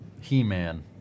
He-Man